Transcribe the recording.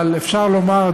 אבל אפשר לומר,